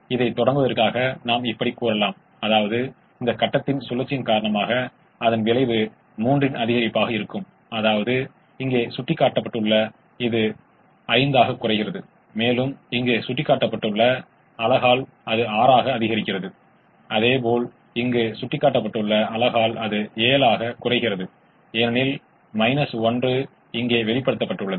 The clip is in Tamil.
இறுதியாக நாம் 34 பார்க்கிறோம் 3x3 4x 3 9 12 21 4x3 12 12 24 இதுவும் சாத்தியமானது மேலும் இது 66 இன் புறநிலை செயல்பாடு மதிப்பைக் கொண்டுள்ளது